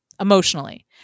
emotionally